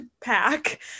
pack